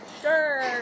Sure